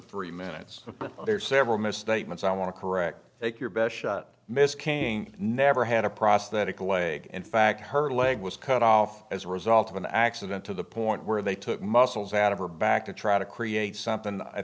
three minutes but there are several misstatements i want to correct that your best shot miss king never had a prosthetic leg in fact her leg was cut off as a result of an accident to the point where they took muscles out of her back to try to create something